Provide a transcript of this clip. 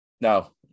No